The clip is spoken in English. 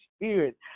Spirit